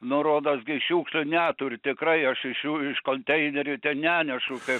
nu rodos gi šiukšlių neturiu tikrai aš iš jų iš konteinerių ten nenešu kai